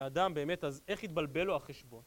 האדם באמת, אז איך התבלבל לו החשבון?